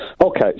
Okay